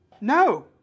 no